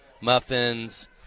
muffins